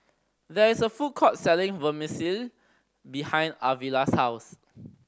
there is a food court selling Vermicelli behind Arvilla's house